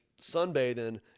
sunbathing